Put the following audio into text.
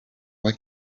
why